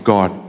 God